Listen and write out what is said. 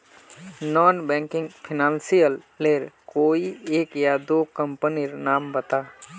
Non banking financial लेर कोई एक या दो कंपनी नीर नाम बता?